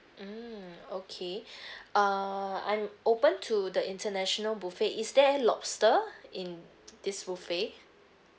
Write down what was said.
mm okay err I'm open to the international buffet is there lobster in this buffet